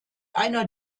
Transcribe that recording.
einer